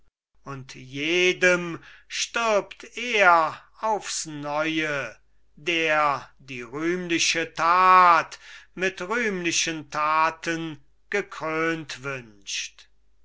und jedem stirbt er aufs neue der die rühmliche tat mit rühmlichen taten gekrönt wünscht